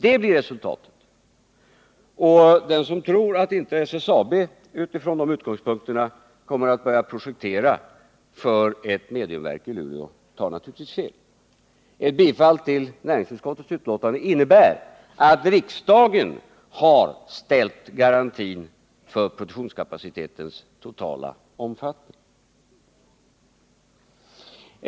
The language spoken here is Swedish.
Det blir resultatet. Och den som tror att inte SSAB utifrån de utgångspunkterna kommer att börja projektera för ett mediumverk i Luleå tar naturligtvis fel. Ett bifall till näringsutskottets hemställan innebär att riksdagen har ställt garantier för produktionskapacitetens totala omfattning.